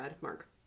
Mark